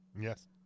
Yes